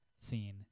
scene